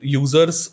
users